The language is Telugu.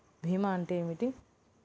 భీమా అంటే ఏమిటి?